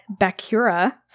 Bakura